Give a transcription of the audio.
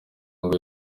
ngo